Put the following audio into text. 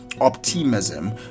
optimism